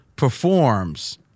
performs